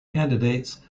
candidates